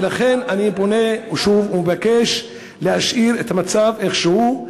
ולכן אני פונה שוב ומבקש להשאיר את המצב כמו שהוא.